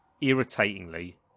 irritatingly